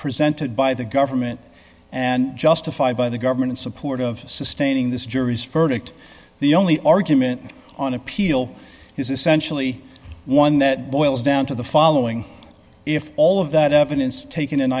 presented by the government and justified by the government in support of sustaining this jury's verdict the only argument on appeal is essentially one that boils down to the following if all of that evidence taken in